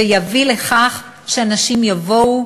ויביאו לכך שאנשים יבואו,